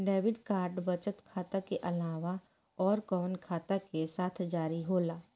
Debit card बचत खाता के अलावा अउरकवन खाता के साथ जारी होला?